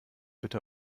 bitte